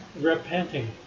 repenting